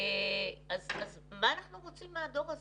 אז מה אנחנו רוצים מהדור הזה?